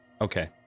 Okay